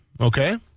Okay